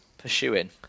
Pursuing